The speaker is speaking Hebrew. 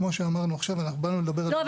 כמו שאמרנו עכשיו -- לא,